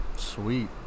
sweet